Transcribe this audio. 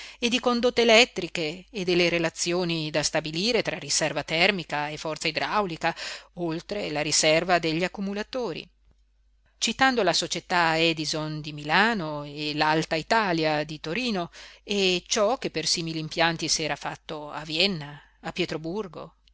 e di condotte elettriche e delle relazioni da stabilire tra riserva termica e forza idraulica oltre la riserva degli accumulatori citando la società edison di milano e l'alta italia di torino e ciò che per simili impianti s'era fatto a vienna a pietroburgo